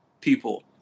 people